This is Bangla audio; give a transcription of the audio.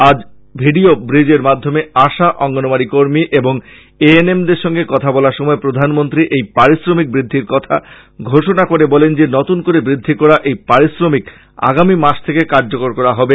আজ ভিডিও ব্রীজের মাধ্যমে আশা অঙ্গনওয়াড়ি কর্মী এবং এ এন এম দের সঙ্গে কথা বলার সময় প্রধানমন্ত্রী এই পারিশ্রমিক বৃদ্ধির কথা ঘোষণা করে বলেন যে নতন করে বদ্ধি করা এই পারিশ্রমিক আগামী মাস থাকে কার্যকর করা হবে